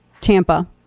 Tampa